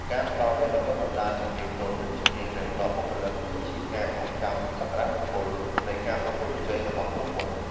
ការផ្តល់វគ្គបណ្តុះបណ្តាលជំនាញទន់និងជំនាញរឹងដល់បុគ្គលិក គឺជាការបង្កើនសក្តានុពលនៃការប្រកួតប្រជែងរបស់ក្រុមហ៊ុន។